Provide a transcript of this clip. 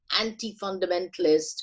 anti-fundamentalist